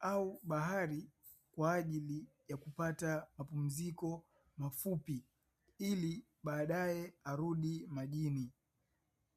au bahari kwa ajili ya kupata mapumziko mafupi, ili baadaye arudi majini.